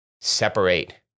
separate